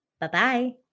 Bye-bye